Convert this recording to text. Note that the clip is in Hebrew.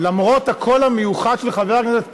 למרות הקול המיוחד של חבר הכנסת פרוש,